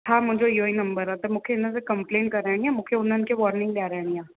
हा मुंहिंजो इहो ई नंबर आहे त मूंखे इन ते कंप्लेन कराइणी आहे मूंखे उन्हनि खे वॉर्निंग ॾियाराइणी आहे